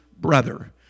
brother